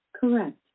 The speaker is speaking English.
Correct